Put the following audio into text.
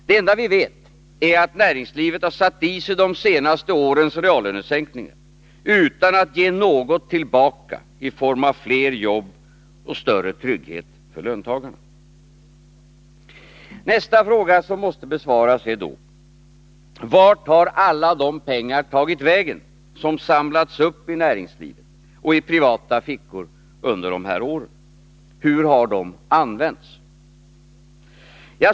Det enda vi vet är att näringslivet har satt i sig de senaste årens reallönesänkningar utan att ge något tillbaka i form av fler jobb och större trygghet för löntagarna. Nästa fråga, som måste besvaras, är: Vart har alla de pengar tagit vägen som samlats upp i näringslivet och i privata fickor under dessa år, och hur har de använts?